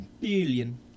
Billion